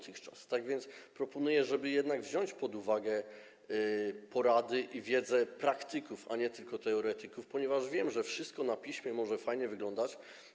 Tak więc proponuję, żeby jednak wziąć pod uwagę porady i wiedzę praktyków, a nie tylko teoretyków, ponieważ wiem, że na piśmie wszystko może fajnie wyglądać.